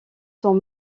sont